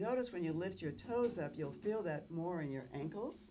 notice when you lift your toes up you'll feel that more in your ankles